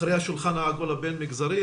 אחרי השולחן העגול הבין-מגזרי,